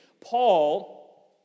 Paul